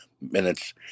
minutes